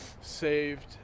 saved